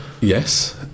Yes